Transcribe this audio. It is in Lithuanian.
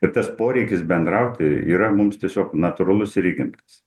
ir tas poreikis bendrauti yra mums tiesiog natūralus ir įgimtas